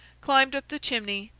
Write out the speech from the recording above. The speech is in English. climbed up the chimney,